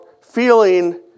feeling